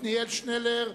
עתניאל שנלר,